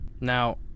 Now